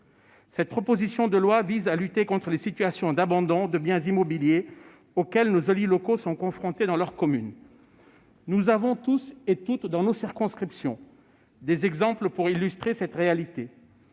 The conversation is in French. Cette proposition de loi vise à lutter contre les situations d'abandon de biens immobiliers auxquelles nos élus locaux sont confrontés dans leur commune. Nous avons toutes et tous, dans nos circonscriptions, des exemples pour illustrer cette réalité